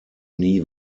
nie